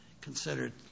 considered